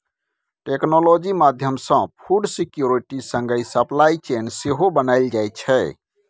technology माध्यमसँ food security संगे supply chain सेहो बनाएल जाइ छै